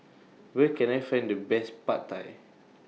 Where Can I Find The Best Pad Thai